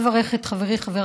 לי מדי פעם